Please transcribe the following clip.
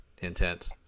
intent